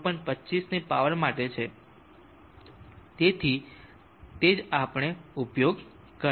25 ની પાવર માટે છે તેથી તે જ આપણે ઉપયોગ કરીશું